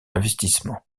investissement